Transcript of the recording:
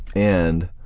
and